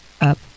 up